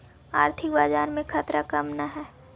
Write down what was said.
आर्थिक बाजार में खतरा कम न हाई